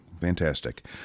Fantastic